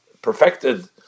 Perfected